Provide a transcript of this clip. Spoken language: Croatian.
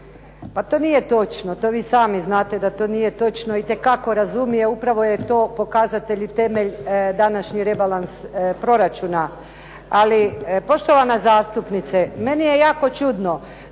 Pa to nije točno, to vi sami znate da to nije točno, itekako razumije, upravo je to pokazatelj i temelj današnji rebalans proračuna. Ali poštovana zastupnice, meni je jako čudno